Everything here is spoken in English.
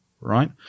right